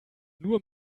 nur